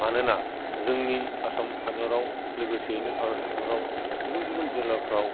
मानोना जोंनि आसाम हादोराव लोगोसेयैनो भारत हादोराव गुबुन गुबुन जिल्लाफ्राव